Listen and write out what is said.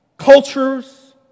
Cultures